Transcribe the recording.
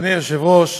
אדוני היושב-ראש,